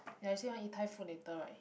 ya you say want eat thai food later right